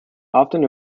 often